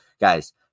guys